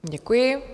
Děkuji.